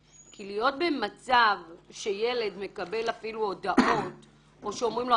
כי להיות במצב שילד מקבל אפילו הודעות או שאומרים לו,